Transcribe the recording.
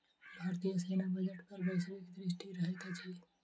भारतीय सेना बजट पर वैश्विक दृष्टि रहैत अछि